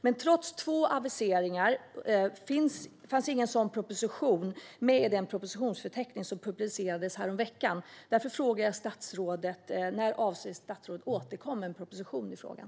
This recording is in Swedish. Men trots två aviseringar fanns ingen sådan proposition med i den propositionsförteckning som publicerades häromveckan. Därför frågar jag statsrådet: När avser statsrådet att återkomma med en proposition i frågan?